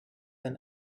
than